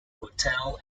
hotel